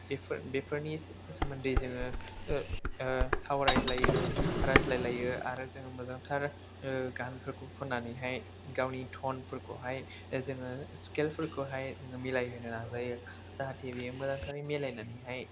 बेफोर बेफोरनि सोमोन्दै जोङो सावरायलायो रायज्लायलायो आरो जों मोजांथार गानफोरखौ खननानैहाय गावनि ट'नफोरखौहाय जोङो स्केलफोरखौहाय मिलायहोनो नाजायो जाहाथे बेयो मोजांथारै मिलायनानैहाय